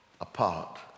apart